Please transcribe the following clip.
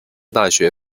大学